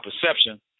perception